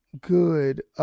good